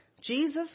Jesus